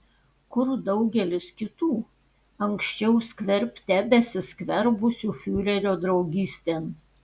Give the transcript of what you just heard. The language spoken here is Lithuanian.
kur daugelis kitų anksčiau skverbte besiskverbusių fiurerio draugystėn